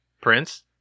Prince